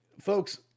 folks